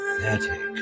Pathetic